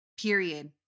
Period